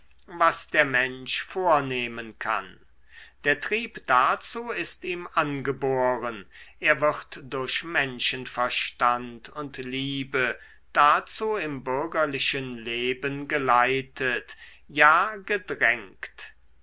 was der mensch vornehmen kann der trieb dazu ist ihm angeboren er wird durch menschenverstand und liebe dazu im bürgerlichen leben geleitet ja gedrängt